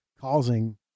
causing